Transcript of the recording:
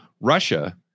Russia